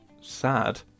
sad